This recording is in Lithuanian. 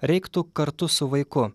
reiktų kartu su vaiku